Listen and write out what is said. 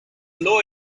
low